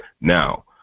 Now